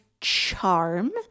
charm